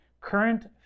Current